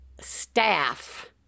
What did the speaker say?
staff